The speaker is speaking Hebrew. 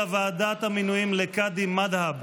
לוועדת המינויים לקאדי מד'הב